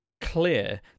clear